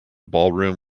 ballroom